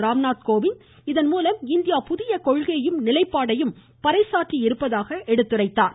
ராம்நாத்கோவிந்த் இகன் மூலம் இந்தியா புதிய கொள்கையையும் நிலைப்பாடையும் பறைசாற்றியிருப்பதாக எடுத்துரைத்தார்